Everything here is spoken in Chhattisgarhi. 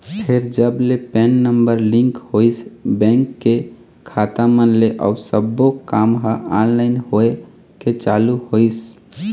फेर जब ले पेन नंबर लिंक होइस बेंक के खाता मन ले अउ सब्बो काम ह ऑनलाइन होय के चालू होइस